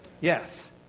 Yes